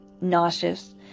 nauseous